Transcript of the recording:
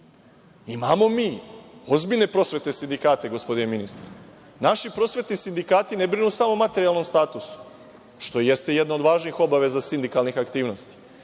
plan. Imamo mi ozbiljne prosvetne sindikate, gospodine ministre. Naši prosvetni sindikati ne brinu samo o materijalnom statusu, što jeste jedna od važnih obaveza sindikalnih aktivnosti,